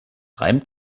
reimt